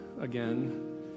again